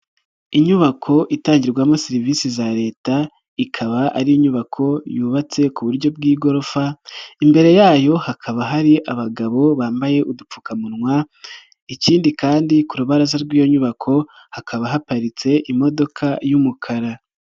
Inyubako itangirwamo serivisi za Leta ikaba ari inyubako yubatse ku buryo bw'igorofa imbere yayo hakaba hari abagabo bambaye udupfukamunwa, ikindi kandi ku rubaraza rw'iyo nyubako hakaba haparitse imodoka y'umukara.